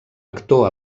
actor